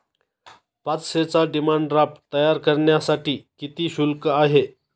पाचशेचा demand draft तयार करण्यासाठी किती शुल्क आहे?